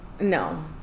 No